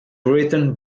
written